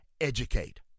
educate